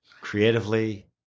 creatively